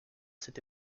cette